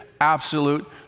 absolute